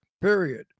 period